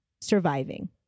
surviving